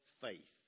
faith